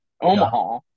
Omaha